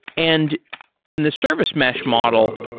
and in the service mesh model,